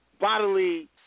bodily